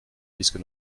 puisque